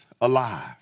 alive